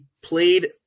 played